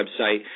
website